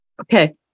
Okay